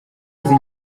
izi